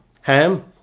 Ham